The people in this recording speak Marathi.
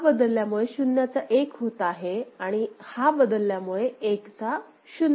हा बदलल्यामुळे शून्याचा एक होत आहे आणि हा बदलल्यामुळे एकचा 0 होत आहे